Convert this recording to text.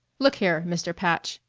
look here, mr. patch,